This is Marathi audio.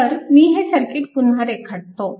तर मी हे सर्किट पुन्हा रेखाटतो